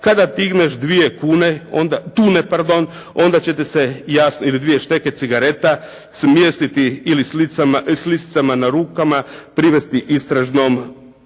kada digneš dvije tune onda će te se ili dvije šteke cigareta, smjestiti ili s lisicama na rukama, privesti istražnom sucu.